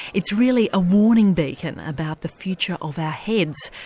it's really a warning beacon about the future of our heads.